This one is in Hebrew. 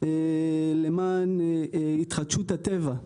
למען התחדשות הטבע.